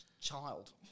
child